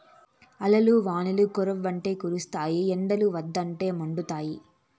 ఆల్లు వానలు కురవ్వంటే కురుస్తాయి ఎండలుండవంటే మండుతాయి